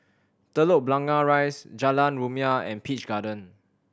Telok Blangah Rise Jalan Rumia and Peach Garden